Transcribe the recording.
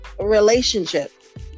relationship